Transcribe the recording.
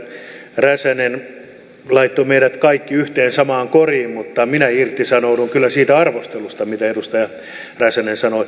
edustaja räsänen laittoi meidät kaikki yhteen samaan koriin mutta minä irtisanoudun kyllä siitä arvostelusta mitä edustaja räsänen sanoi